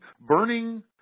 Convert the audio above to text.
burning